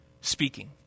speaking